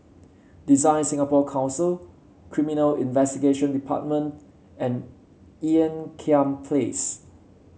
Design Singapore Council Criminal Investigation Department and Ean Kiam Place